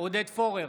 עודד פורר,